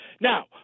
Now